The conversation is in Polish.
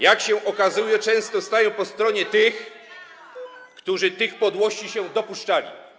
Jak się okazuje, często stają po stronie tych, którzy tych podłości się dopuszczali.